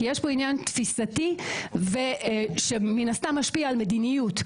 כי יש פה עניין תפיסתי שמן הסתם משפיע על מדיניות,